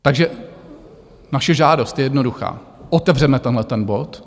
Takže naše žádost je jednoduchá, otevřeme tenhleten bod.